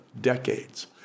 decades